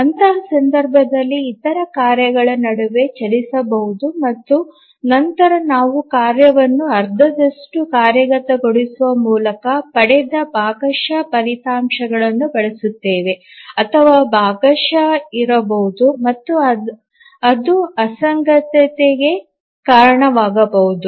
ಅಂತಹ ಸಂದರ್ಭದಲ್ಲಿ ಇತರ ಕಾರ್ಯಗಳು ನಡುವೆ ಚಲಿಸಬಹುದು ಮತ್ತು ನಂತರ ನಾವು ಕಾರ್ಯವನ್ನು ಅರ್ಧದಷ್ಟು ಕಾರ್ಯಗತಗೊಳಿಸುವ ಮೂಲಕ ಪಡೆದ ಭಾಗಶಃ ಫಲಿತಾಂಶಗಳನ್ನು ಬಳಸುತ್ತೇವೆ ಅಥವಾ ಭಾಗಶಃ ಇರಬಹುದು ಮತ್ತು ಅದು ಅಸಂಗತತೆಗೆ ಕಾರಣವಾಗಬಹುದು